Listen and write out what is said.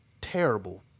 terrible